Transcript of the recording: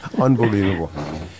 Unbelievable